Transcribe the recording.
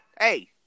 Hey